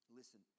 listen